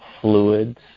fluids